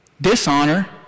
dishonor